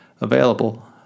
available